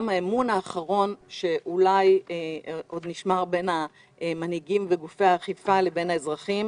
האמון האחרון שאולי עוד נשמר בין המנהיגים וגופי האכיפה לבין האזרחים.